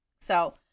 So-